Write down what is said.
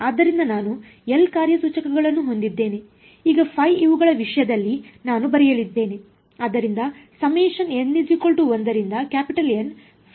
ಆದ್ದರಿಂದ ನಾನು ಎಲ್ ಕಾರ್ಯಸೂಚಕಗಳನ್ನು ಹೊಂದಿದ್ದೇನೆ ಈಗ ϕ ಇವುಗಳ ವಿಷಯದಲ್ಲಿ ನಾನು ಬರೆಯಲಿದ್ದೇನೆ